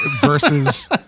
versus